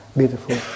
beautiful